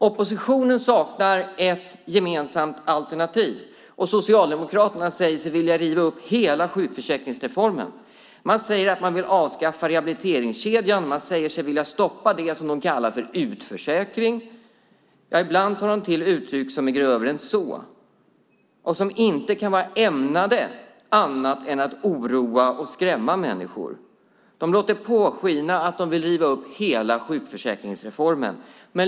Oppositionen saknar ett gemensamt alternativ, och Socialdemokraterna säger sig vilja riva upp hela sjukförsäkringsreformen. Man säger att man vill avskaffa rehabiliteringskedjan. Man säger sig vilja stoppa det som de kallar för utförsäkring. Ibland tar de till uttryck som är grövre än så och som inte kan vara ämnade till annat än att oroa och skrämma människor. De låter påskina att de vill riva upp hela sjukförsäkringsreformen.